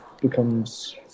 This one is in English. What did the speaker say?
becomes